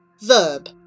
verb